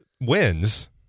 wins